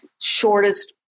shortest